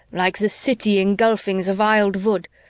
like the city engulfing the wild wood,